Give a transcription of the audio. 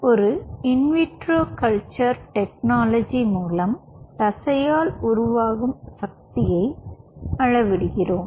ஒரு in vitro culture technology மூலம் தசையால் உருவாகும் சக்தியை அளவிடுகிறோம்